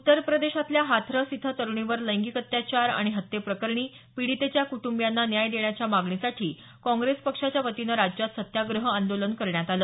उत्तर प्रदेशातल्या हाथरस इथं तरूणीवर लैंगिक अत्याचार आणि हत्येप्रकरणी पिंडितेच्या कुटुंबियांना न्याय देण्याच्या मागणीसाठी काँग्रेस पक्षाच्या वतीनं राज्यात सत्याग्रह आंदोलन करण्यात आलं